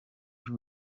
kuri